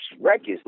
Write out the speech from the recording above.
records